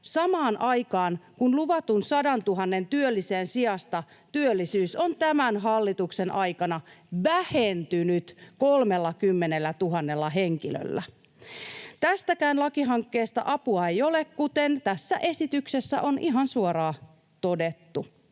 samaan aikaan, kun luvatun 100 000 työllisen sijasta työllisyys on tämän hallituksen aikana vähentynyt 30 000 henkilöllä. Tästäkään lakihankkeesta apua ei ole, kuten tässä esityksessä on ihan suoraan todettu.